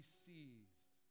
seized